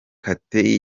kate